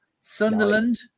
Sunderland